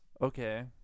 Okay